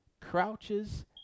crouches